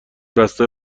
بسته